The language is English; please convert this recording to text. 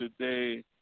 today